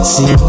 See